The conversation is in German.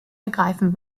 ergreifen